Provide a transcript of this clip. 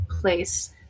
place